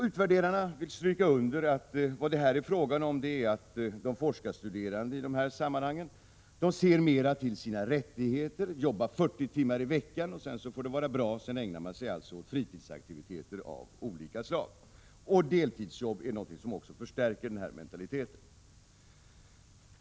Utvärderarna vill stryka under att de forskarstuderande i första hand ser till sina rättigheter. De arbetar 40 timmar i veckan och sedan får det vara bra! I övrigt ägnar de sig åt fritidsaktiviteter av olika slag. Möjligheten att få deltidsjobb förstärker den här mentaliteten.